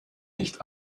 nicht